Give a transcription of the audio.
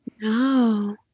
No